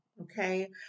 Okay